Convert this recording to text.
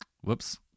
Whoops